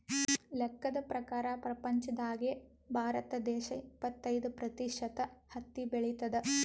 ಲೆಕ್ಕದ್ ಪ್ರಕಾರ್ ಪ್ರಪಂಚ್ದಾಗೆ ಭಾರತ ದೇಶ್ ಇಪ್ಪತ್ತೈದ್ ಪ್ರತಿಷತ್ ಹತ್ತಿ ಬೆಳಿತದ್